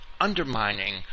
undermining